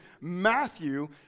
Matthew